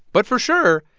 but for sure,